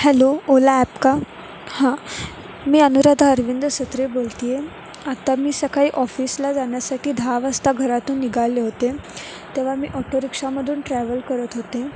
hello Ola app का हां मी अनुराधा अरविंद्र सत्रे बोलते आहे आत्ता मी सकाळी ऑफिसला जाण्यासाठी दहा वाजता घरातून निघाले होते तेव्हा मी ऑटोरिक्षामधून ट्रॅव्हल करत होते